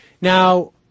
Now